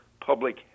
public